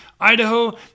Idaho